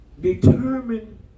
determine